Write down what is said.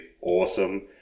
awesome